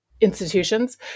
institutions